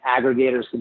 aggregators